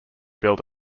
built